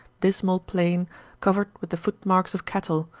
dismal plain covered with the footmarks of cattle,